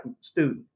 student